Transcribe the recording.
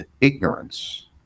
ignorance